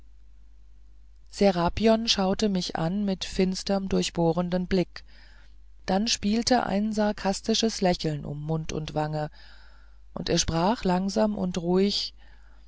serapion schaute mich an mit finsterm durchbohrenden blick dann spielte ein sarkastisches lächeln um mund und wange und er sprach langsam und ruhig